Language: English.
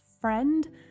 friend